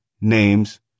names